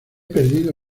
perdido